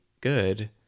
good